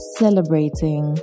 celebrating